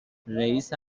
رییس